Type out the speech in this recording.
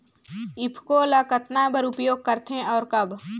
ईफको ल कतना बर उपयोग करथे और कब कब?